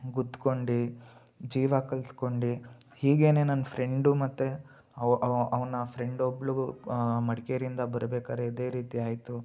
ಗುದ್ಕೊಂಡು ಜೀವ ಕಳ್ಸ್ಕೊಂಡಿ ಹೀಗೇ ನನ್ನ ಫ್ರೆಂಡು ಮತ್ತು ಅವನ ಫ್ರೆಂಡ್ ಒಬ್ಬಳು ಮಡಿಕೇರಿಯಿಂದ ಬರಬೇಕಾರೆ ಇದೇ ರೀತಿಯಾಯಿತು